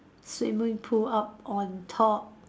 swimming pool up on top